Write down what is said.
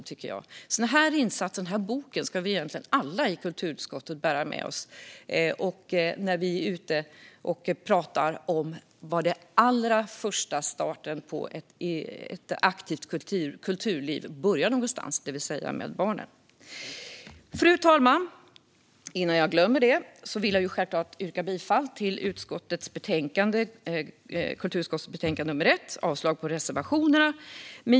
Den här boken borde vi alla i kulturutskottet bära med oss när vi är ute och talar om var den allra första starten på ett aktivt kulturliv börjar, det vill säga hos barnen. Fru talman! Jag vill självklart yrka bifall till förslaget i kulturutskottets betänkande KrU1 och avslag på reservationerna.